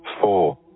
four